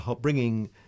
bringing